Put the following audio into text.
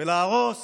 ולהרוס